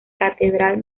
catedral